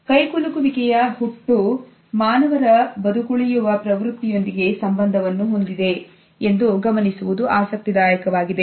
ಕೈಕುಲುಕುವಿಕೆಯ ಹುಟ್ಟು ಮಾನವರ ಬದುಕುಳಿಯುವ ಪ್ರವೃತ್ತಿಯೊಂದಿಗೆ ಸಂಬಂಧವನ್ನು ಹೊಂದಿದೆ ಎಂದು ಗಮನಿಸುವುದು ಆಸಕ್ತಿದಾಯಕವಾಗಿದೆ